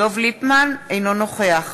אינו נוכח